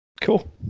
Cool